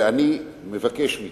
ואני מבקש מכם,